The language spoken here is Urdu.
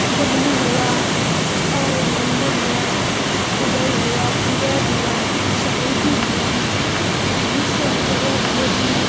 دہلی ہوا اور لندن ہوا دبئی ہوا کویت ہوا سعودی ہوا یہ سب جگہ بہت ہی